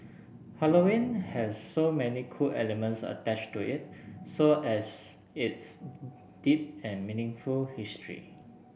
Halloween has so many cool elements attached to it so as its deep and meaningful history